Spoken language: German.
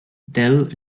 dell